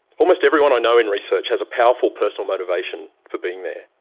almost everyone i know in research has a powerful personal motivation for being there.